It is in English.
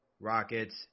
Rockets